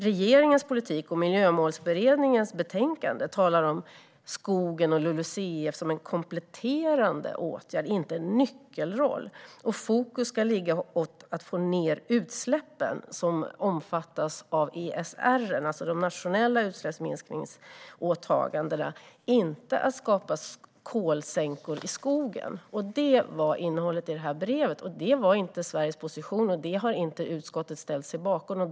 Regeringens politik och Miljömålsberedningens betänkande talar om skogen och LULUCF som en kompletterande åtgärd, inte en nyckelroll. Fokus ska ligga på att få ned utsläppen, som omfattas av ESR, det vill säga de nationella utsläppsminskningsåtagandena - inte på att skapa kolsänkor i skogen. Det var innehållet i brevet. Det var inte Sveriges position, och det har utskottet inte ställt sig bakom.